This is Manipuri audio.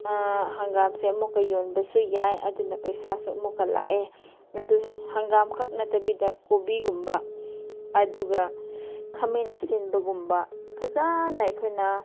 ꯍꯪꯒꯥꯝꯁꯦ ꯑꯃꯨꯛꯀ ꯌꯣꯟꯕꯁꯨ ꯌꯥꯏ ꯑꯗꯨꯅ ꯄꯩꯁꯥꯁꯨ ꯑꯃꯨꯛꯀ ꯂꯥꯛꯑꯦ ꯑꯗꯨ ꯍꯪꯒꯥꯝꯈꯛ ꯅꯠꯇꯕꯤꯗ ꯀꯣꯕꯤꯒꯨꯝꯕ ꯑꯗꯨꯒ ꯈꯥꯃꯦꯟ ꯑꯁꯤꯟꯕꯒꯨꯝꯕ ꯐꯖꯅ ꯑꯩꯈꯣꯏꯅ